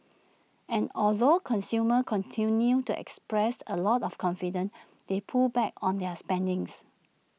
and although consumers continued to express A lot of confidence they pulled back on their spendings